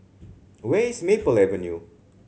where is Maple Avenue